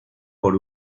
por